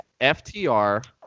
FTR